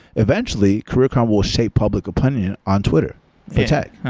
eventually, career karma will shape public opinion on twitter for tech